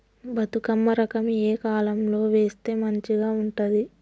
బతుకమ్మ రకం ఏ కాలం లో వేస్తే మంచిగా ఉంటది?